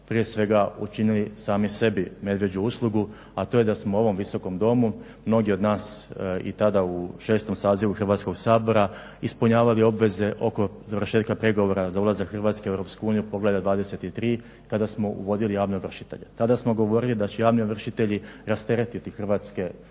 prije svega učinili sami sebi medvjeđu uslugu, a to je da smo u ovom Visokom domu mnogi od nas i tada u 6. sazivu Hrvatskog sabora ispunjavali obveze oko završetka pregovora za ulazak Hrvatske u Europsku uniju poglavlje 23. kada smo uvodili javne ovršitelje. Tada smo govorili da će javni ovršitelji rasteretiti hrvatske sudove,